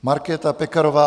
Markéta Pekarová